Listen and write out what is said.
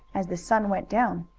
as the sun went down.